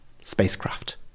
spacecraft